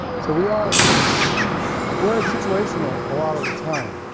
so we are, we're in situational, a lot of the time.